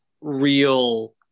real